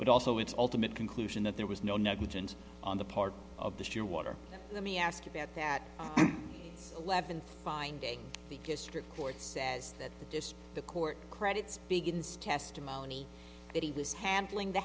but also its ultimate conclusion that there was no negligence on the part of the shearwater let me ask about that eleven finding because strict court says that this the court credits begins testimony that he was handling the